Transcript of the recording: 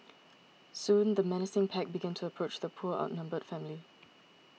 soon the menacing pack began to approach the poor outnumbered family